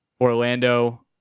Orlando